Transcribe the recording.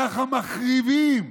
ככה מחריבים.